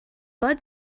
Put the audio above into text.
bud